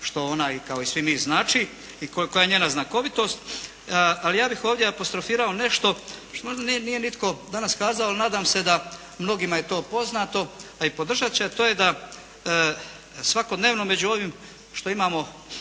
što ona i kao i svi mi znači i koja je njena znakovitost. Ali ja bih ovdje apostrofirao nešto što nije nitko danas kazao, ali nadam se da mnogima je to poznato, a i podržati će, a to je da svakodnevno među ovim što imamo